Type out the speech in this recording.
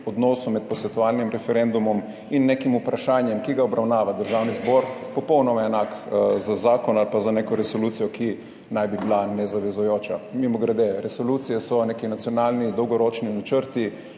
odnosu med posvetovalnim referendumom in nekim vprašanjem, ki ga obravnava Državni zbor, popolnoma enako za zakon ali pa za neko resolucijo, ki naj bi bila nezavezujoča. Mimogrede, resolucije so neki nacionalni dolgoročni načrti,